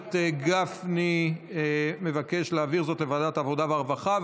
הכנסת גפני מבקש להעביר זאת לוועדת העבודה והרווחה,